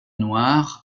noir